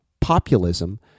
populism